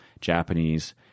Japanese